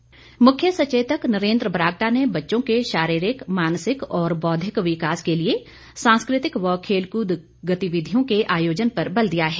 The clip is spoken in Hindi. बरागटा मुख्य सचेतक नरेन्द्र बरागटा ने बच्चों के शारीरिक मानसिक और बौद्विक विकास के लिए सांस्कृतिक व खेलकृद गतिविधियों के आयोजन पर बल दिया है